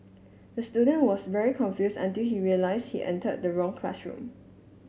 the student was very confuse until he realise he entered the wrong classroom